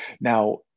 Now